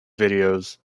videos